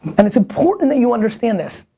and it's important that you understand this.